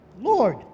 Lord